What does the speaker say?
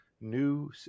new